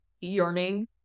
yearning